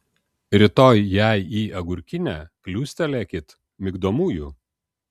rytoj jai į agurkinę kliūstelėkit migdomųjų